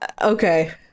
Okay